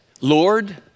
Lord